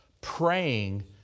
Praying